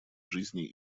жизни